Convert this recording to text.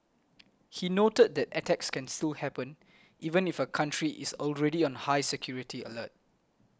he noted that attacks can still happen even if a country is already on high security alert